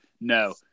No